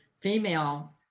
female